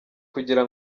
kugira